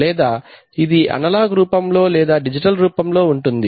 లేదా ఇది అనలాగ్ రూపం లో లేదా డిజిటల్ రూపంలో ఉంటుంది